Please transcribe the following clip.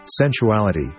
sensuality